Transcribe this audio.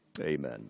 Amen